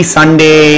Sunday